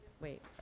wait